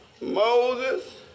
Moses